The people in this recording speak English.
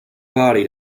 body